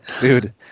Dude